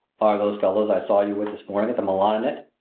are those fellows i saw you with this morning at the milan in it?